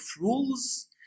rules